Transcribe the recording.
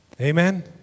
Amen